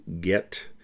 get